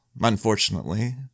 unfortunately